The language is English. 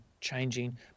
changing